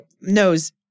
knows